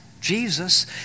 Jesus